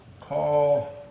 Call